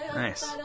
nice